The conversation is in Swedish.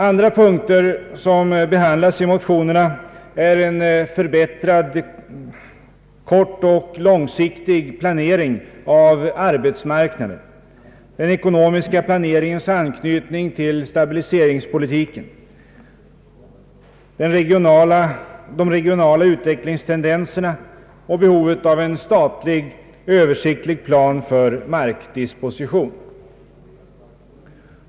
Andra punkter som behandlas i motionerna är en kortoch långsiktig planering av arbetsmarknaden, den ekonomiska planeringens anknytning till stabiliseringspolitiken, de regionala utvecklingstendenserna och behovet av en statlig översiktlig plan för markdispositionen.